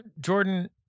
Jordan